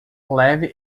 leve